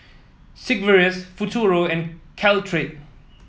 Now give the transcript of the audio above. Sigvaris Futuro and Caltrate